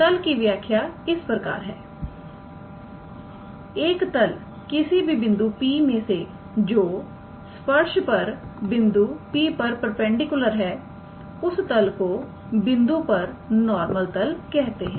तल की व्याख्या इस प्रकार है एक तल किसी बिंदु P मे से जो स्पर्श पर बिंदु P पर परपेंडिकुलर है उस तल को उस बिंदु पर नॉर्मल तल कहते हैं